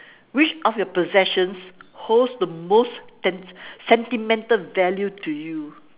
which of your possessions holds the most ten~ sentimental value to you